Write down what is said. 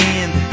end